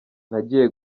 nagiye